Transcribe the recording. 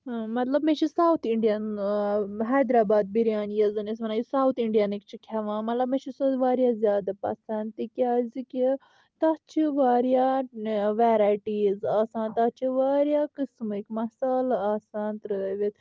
مطلب مےٚ چھِ ساوتھ انڈین حیدرآباد بریانی یتھ زن أسۍ ونان یۄس ساوتھ انڈینٕکۍ چھِ کھٮ۪وان مطلب مےٚ چھُ سُہ واریاہ زیادٕ پسنٛد تِکیازِ کہِ تتھ چھِ واریاہ ویرایٚٹیز آسان تتھ چھِ واریاہ قسمٕکۍ مسالہٕ آسان ترٲوتھ